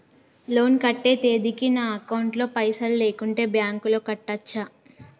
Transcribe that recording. Loan కట్టే తేదీకి నా అకౌంట్ లో పైసలు లేకుంటే బ్యాంకులో కట్టచ్చా?